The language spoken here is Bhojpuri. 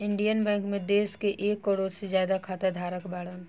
इण्डिअन बैंक मे देश के एक करोड़ से ज्यादा खाता धारक बाड़न